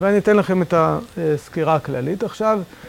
ואני אתן לכם את הסקירה הכללית עכשיו...